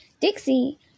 dixie